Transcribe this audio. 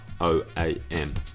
OAM